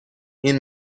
این